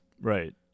right